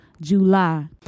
July